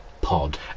pod